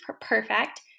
perfect